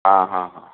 आं हां हां